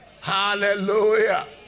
hallelujah